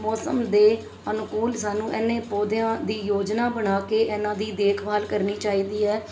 ਮੌਸਮ ਦੇ ਅਨੁਕੂਲ ਸਾਨੂੰ ਇੰਨੇ ਪੌਦਿਆਂ ਦੀ ਯੋਜਨਾ ਬਣਾ ਕੇ ਇਹਨਾਂ ਦੀ ਦੇਖਭਾਲ ਕਰਨੀ ਚਾਹੀਦੀ ਹੈ